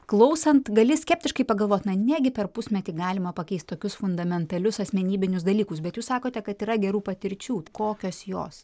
klausant gali skeptiškai pagalvot na negi per pusmetį galima pakeist tokius fundamentalius asmenybinius dalykus bet jūs sakote kad yra gerų patirčių kokios jos